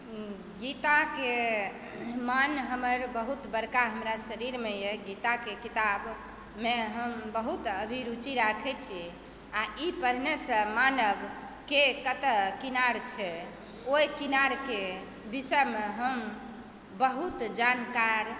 गीताके मान्य हमर बहुत बड़का हमरा शरीरमे यऽ गीताके किताबमे हम बहुत अभिरुचि राखैत छी आ ई पढ़नेसँ मानब के कतऽ किनार छै ओहि किनारके विषयमे हम बहुत जानकार